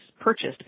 purchased